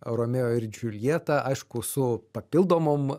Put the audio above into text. romeo ir džuljeta aišku su papildomom